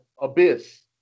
Abyss